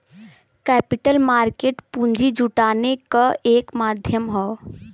capital market पूंजी जुटाने क एक माध्यम हौ